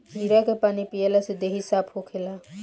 जीरा के पानी पियला से देहि साफ़ होखेला